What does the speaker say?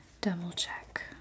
double-check